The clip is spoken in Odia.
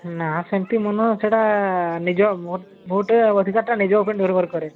ନା ସେମିତି ମନ ସେଇଟା ନିଜ ଭୋଟ୍ ଅଧିକାରଟା ନିଜ ଉପରେ ନିର୍ଭର କରେ